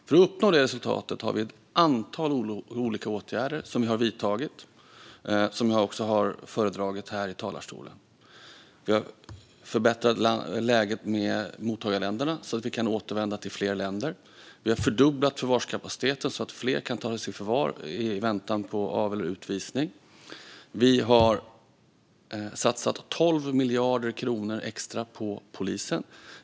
För att uppnå detta resultat har vi vidtagit ett antal olika åtgärder, som jag har föredragit här i talarstolen. Vi har förbättrat läget med mottagarländerna så att människor kan återvända till fler länder. Vi har fördubblat förvarskapaciteten så att fler kan tas i förvar i väntan på av eller utvisning. Vi har satsat 12 miljarder kronor extra på polisen.